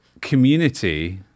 community